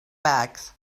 backs